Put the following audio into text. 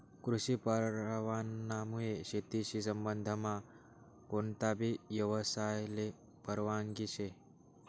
कृषी परवानामुये शेतीशी संबंधमा कोणताबी यवसायले परवानगी शे